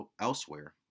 elsewhere